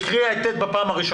היא קראה את הסעיף קודם לכן.